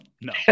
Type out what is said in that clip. no